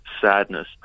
sadness